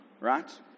right